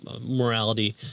morality